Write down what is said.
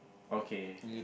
okay